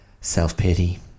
self-pity